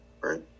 Right